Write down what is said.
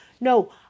No